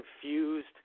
confused